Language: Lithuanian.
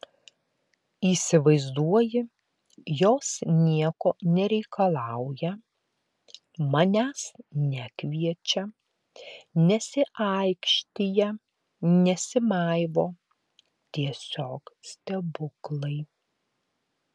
įsivaizduoji jos nieko nereikalauja manęs nekviečia nesiaikštija nesimaivo tiesiog stebuklai